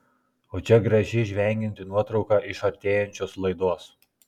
o čia graži žvengianti nuotrauka iš artėjančios laidos